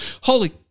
holy